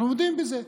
אנחנו מודים בזה.